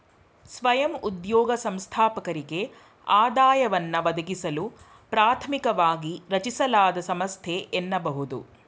ಸ್ವಯಂ ಉದ್ಯೋಗ ಸಂಸ್ಥಾಪಕರಿಗೆ ಆದಾಯವನ್ನ ಒದಗಿಸಲು ಪ್ರಾಥಮಿಕವಾಗಿ ರಚಿಸಲಾದ ಸಂಸ್ಥೆ ಎನ್ನಬಹುದು